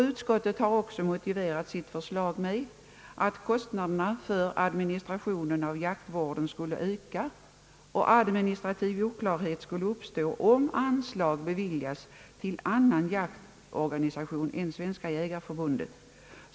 Utskottet har också motiverat sitt förslag med att kostnaderna för administrationen av jaktvården skulle öka och administrativ oklarhet uppstå om anslag beviljades till annan jaktorganisation än Svenska jägareförbundet.